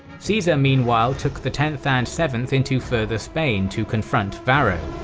caesar, meanwhile, took the tenth and seventh into further spain to confront varro.